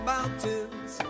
Mountains